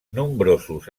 nombrosos